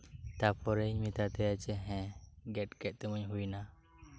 ᱛᱟᱨᱯᱚᱨᱮᱧ ᱢᱮᱛᱟ ᱫᱮᱭᱟ ᱡᱮ ᱦᱮᱸ ᱜᱮᱛ ᱠᱮᱫ ᱛᱟᱢᱟᱧ ᱦᱩᱭᱮᱱᱟ